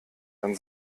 dann